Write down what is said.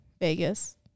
Vegas